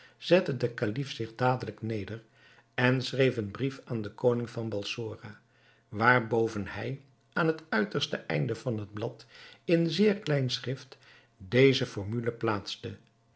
zette de kalif zich dadelijk neder en schreef een brief aan den koning van balsora waarboven hij aan het uiterste einde van het blad in zeer klein schrift deze formule plaatste